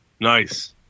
Nice